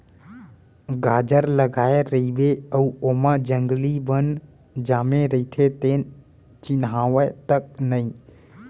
गाजर लगाए रइबे अउ ओमा जंगली बन जामे रइथे तेन चिन्हावय तक नई